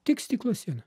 tik stiklo siena